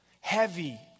Heavy